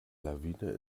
lawine